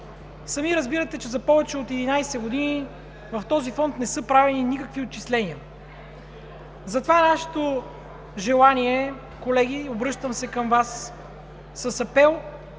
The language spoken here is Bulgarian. Сами разбирате, че за повече от 11 години в този фонд не са правени никакви отчисления. Затова нашето желание – колеги, обръщам се към Вас с апел,